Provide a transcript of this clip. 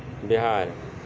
Bihar